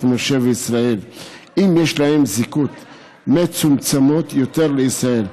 משה וישראל אם יש להם זיקות מצומצמות יותר לישראל.